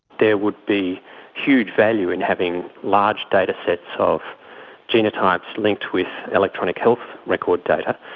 there would be huge value in having large datasets of genotypes linked with electronic health record data.